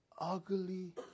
ugly